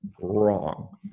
wrong